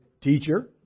teacher